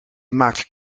maakt